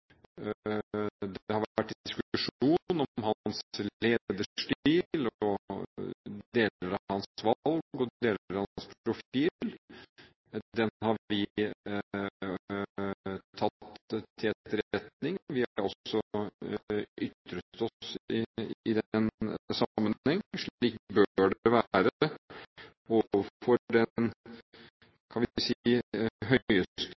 Sikkerhetsrådet. Det har vært diskusjon om hans lederstil, deler av hans valg og deler av hans profil. Den har vi tatt til etterretning, vi har også ytret oss i den sammenheng. Slik bør det være overfor den